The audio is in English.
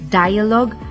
dialogue